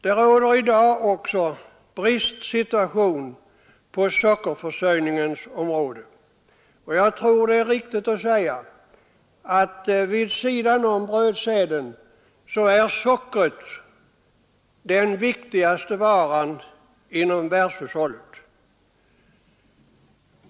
Det råder i dag också bristsituation på sockerförsörjningens område, och jag tror det är riktigt att säga att vid sidan om brödsäden är sockret den viktigaste varan i världshushållet.